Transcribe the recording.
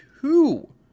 two